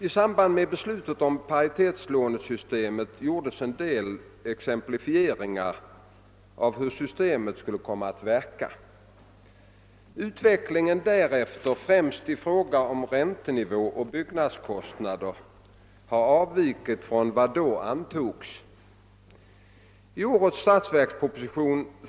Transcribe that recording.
I samband med beslutet om paritetslånesystemet gjordes en del exemplifieringar av hur systemet skulle komma att verka. Utvecklingen därefter främst i fråga om räntenivå och byggnadskostnader har avvikit från vad som då antogs. I årets statsverksproposition (prop. 1970:1, bil.